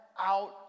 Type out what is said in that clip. out